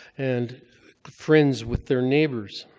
and friends with their neighbors.